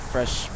Fresh